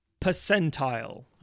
percentile